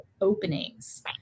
openings